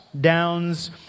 downs